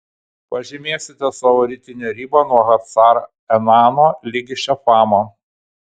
pažymėsite savo rytinę ribą nuo hacar enano ligi šefamo